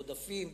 בעודפים,